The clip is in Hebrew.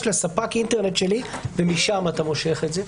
לספק האינטרנט שלי ומשם אתה מושך את זה.